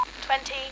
twenty